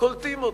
קולטים אותו.